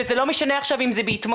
וזה לא משנה עכשיו אם זה בהתמכרויות